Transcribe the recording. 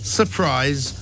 surprise